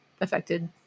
affected